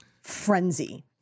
frenzy